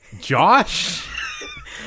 josh